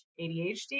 ADHD